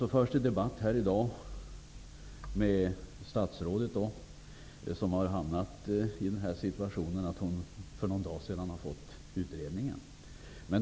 Så förs här i dag en debatt med statsrådet, som har hamnat i situationen att hon för någon dag sedan fått utredningens betänkande.